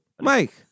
Mike